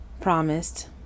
promised